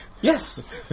Yes